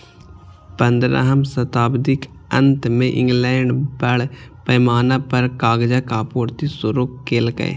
पंद्रहम शताब्दीक अंत मे इंग्लैंड बड़ पैमाना पर कागजक आपूर्ति शुरू केलकै